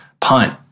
Punt